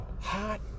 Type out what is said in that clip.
hot